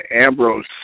Ambrose